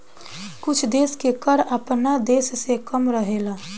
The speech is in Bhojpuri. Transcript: कुछ देश के कर आपना देश से कम रहेला